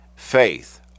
faith